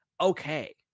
okay